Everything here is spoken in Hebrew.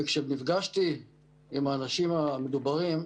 וכשנפגשתי עם האנשים המדוברים,